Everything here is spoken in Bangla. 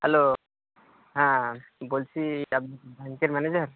হ্যালো হ্যাঁ বলছি আপ ব্যাংকের ম্যানেজার